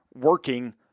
working